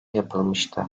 yapılmıştı